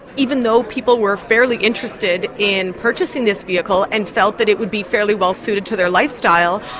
even though people were fairly interested in purchasing this vehicle and felt that it would be fairly well suited to their lifestyle,